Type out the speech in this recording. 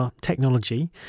technology